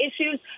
issues